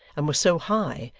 and was so high,